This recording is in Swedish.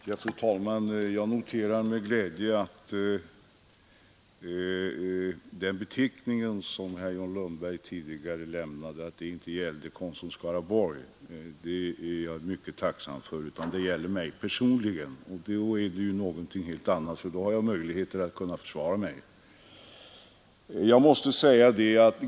Återinförande av Fru talman! Jag noterar med glädje att den beteckning som John affärstidsregleringen I undberg tidigare gav inte gällde Konsum i Skaraborgs län — det är jag mycket tacksam för — utan gällde mig personligen. Då är det ju någonting helt annat. Då har jag möjligheter att kunna försvara mig.